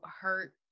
hurt